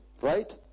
Right